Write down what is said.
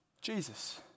Jesus